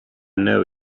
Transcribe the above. know